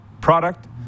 product